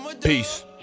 Peace